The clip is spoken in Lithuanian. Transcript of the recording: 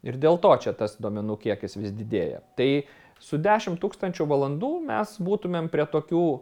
ir dėl to čia tas duomenų kiekis vis didėja tai su dešim tūkstančių valandų mes būtumėm prie tokių